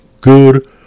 good